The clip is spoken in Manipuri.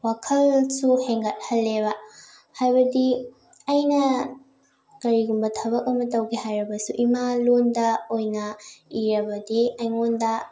ꯋꯥꯈꯜꯁꯨ ꯍꯦꯟꯒꯠꯍꯜꯂꯦꯕ ꯍꯥꯏꯕꯗꯤ ꯑꯩꯅ ꯀꯔꯤꯒꯨꯝꯕ ꯊꯕꯛ ꯑꯃ ꯇꯧꯒꯦ ꯍꯥꯏꯔꯕꯁꯨ ꯏꯃꯥ ꯂꯣꯟꯗ ꯑꯣꯏꯅ ꯏꯔꯕꯗꯤ ꯑꯩꯉꯣꯟꯗ